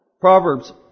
Proverbs